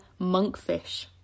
monkfish